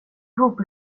ihop